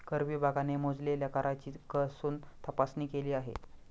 कर विभागाने मोजलेल्या कराची कसून तपासणी केली आहे